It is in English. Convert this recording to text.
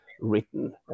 written